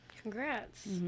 Congrats